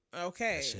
okay